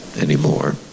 anymore